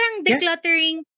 decluttering